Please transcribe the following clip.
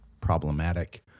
problematic